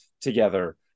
together